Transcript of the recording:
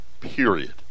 Period